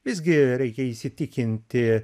visgi reikia įsitikinti